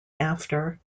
after